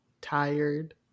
tired